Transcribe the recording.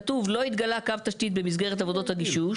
כתוב "לא התגלה קו תשתית במסגרת עבודות הגישוש,